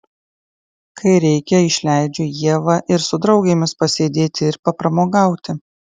kai reikia išleidžiu ievą ir su draugėmis pasėdėti ir papramogauti